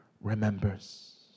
remembers